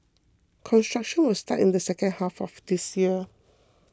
construction will start in the second half of this year